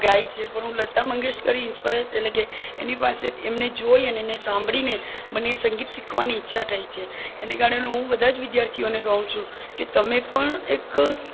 ગાય છે પણ હું લતા મંગેશકર ઇન્સ્પાયર એટલે કે એમની પાસે એમને જોઈ અને સાંભળીને મને સંગીત શીખવાની ઈચ્છા થઈ છે એની કારણે હું બધા જ વિદ્યાર્થીઓને કહું છું કે તમે પણ એક